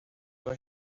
pero